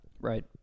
Right